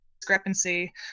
discrepancy